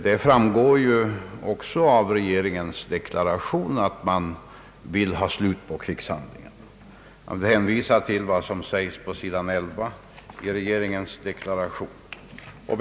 Det framgår också av regeringens deklaration att man vill ha slut på krigshandlingarna, Jag vill hänvisa till vad som står att läsa på sidan 11 i regeringsdeklarationen.